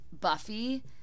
Buffy